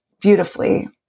beautifully